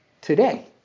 today